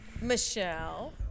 Michelle